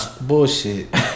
bullshit